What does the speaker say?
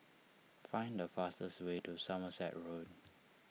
find the fastest way to Somerset Road